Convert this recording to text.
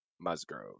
Musgrove